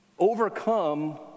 Overcome